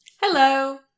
Hello